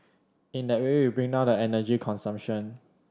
in that way we bring down the energy consumption